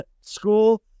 school